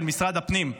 של משרד הפנים,